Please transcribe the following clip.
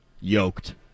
Yoked